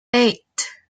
eight